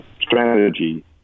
strategy